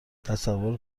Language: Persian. تصور